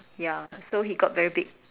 ya so he got very big